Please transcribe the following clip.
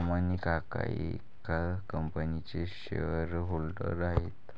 श्यामचे काका एका कंपनीचे शेअर होल्डर आहेत